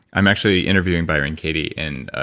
i'm actually interviewing byron katie and ah